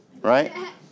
right